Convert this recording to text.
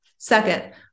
Second